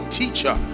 teacher